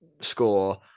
score